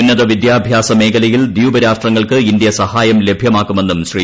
ഉന്നത വിദ്യാഭ്യാസ മേഖലയിൽ ദ്വീപ് രാഷ്ട്രങ്ങൾക്ക് ഇന്ത്യ സഹായം ലഭ്യമാക്കുമെന്നും ശ്രീ